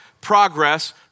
progress